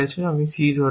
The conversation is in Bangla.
আমি c ধরেছি